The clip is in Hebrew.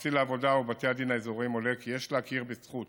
הארצי לעבודה ובתי הדין האזוריים עולה כי יש להכיר בזכות